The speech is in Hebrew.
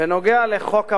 בנושא חוק הממונות.